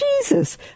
Jesus